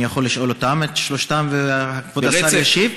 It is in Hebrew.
אני יכול לשאול את שלושתן וכבוד השר ישיב?